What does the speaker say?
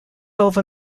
over